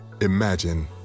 Imagine